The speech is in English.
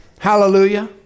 Hallelujah